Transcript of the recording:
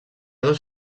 dos